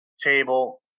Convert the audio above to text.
table